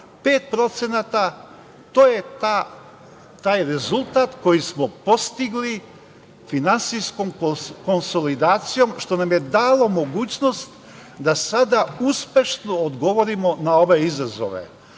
57,5% je taj rezultat koji smo postigli finansijskom konsolidacijom, što nam je dalo mogućnost da sada uspešno odgovorimo na ove izazove,